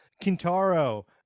kintaro